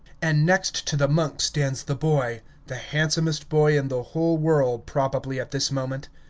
and next to the monk stands the boy the handsomest boy in the whole world probably at this moment.